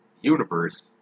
universe